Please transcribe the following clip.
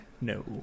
No